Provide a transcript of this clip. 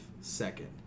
second